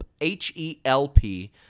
H-E-L-P